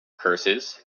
curses